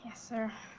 ah sir.